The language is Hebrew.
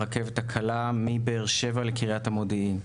הרכבת הקלה מבאר שבע לקריית המודיעין.